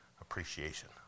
appreciation